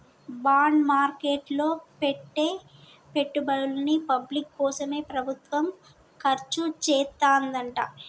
bond market లో పెట్టే పెట్టుబడుల్ని పబ్లిక్ కోసమే ప్రభుత్వం ఖర్చుచేత్తదంట